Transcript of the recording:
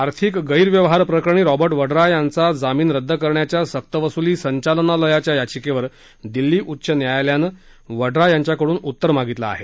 आर्थिक गैरव्यवहार प्रकरणी रॉबा वड्रा यांचा जामीन रद्द करण्याच्या सक्तवसुली संचालनालयाच्या याचिकेवर दिल्ली उच्च न्यायालयानं वड्रा यांच्याकडून उत्तर मागितलं आहे